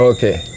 Okay